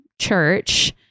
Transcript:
church